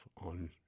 on